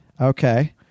Okay